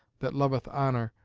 that loveth honour,